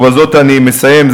ובזאת אני מסיים,